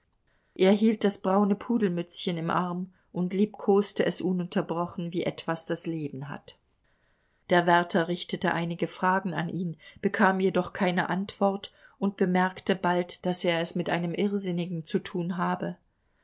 er hielt das braune pudelmützchen im arm und liebkoste es ununterbrochen wie etwas das leben hat der wärter richtete einige fragen an ihn bekam jedoch keine antwort und bemerkte bald daß er es mit einem irrsinnigen zu tun habe